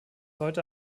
heute